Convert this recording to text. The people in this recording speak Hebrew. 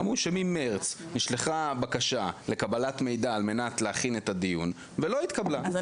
אמרו שממרץ נשלחה בקשה לקבלת מידע על מנת להכין את הדיון ולא התקבלה,